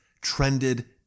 trended